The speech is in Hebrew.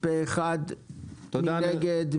מי נגד?